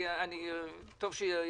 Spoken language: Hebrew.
שזה המענק לעסקים,